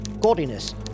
gaudiness